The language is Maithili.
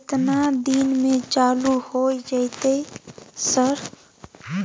केतना दिन में चालू होय जेतै सर?